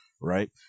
Right